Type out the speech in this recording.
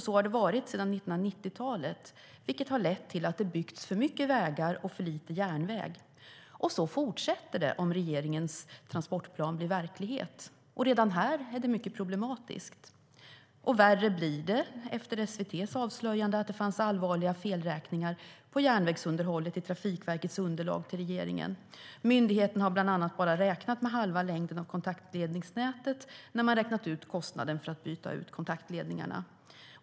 Så har det varit sedan 1990-talet, vilket har lett till att det har byggts för mycket vägar och för lite järnväg. Så fortsätter det om regeringens transportplan blir verklighet. Redan här är det problematiskt. Värre blir det efter SVT:s avslöjande att det finns allvarliga felräkningar på järnvägsunderhållet i Trafikverkets underlag till regeringen. Myndigheten har bland annat räknat med bara halva längden av kontaktledningsnätet när man har räknat ut kostnaden för att byta ut kontaktledningarna.